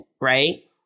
right